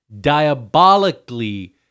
diabolically